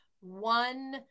One